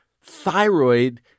thyroid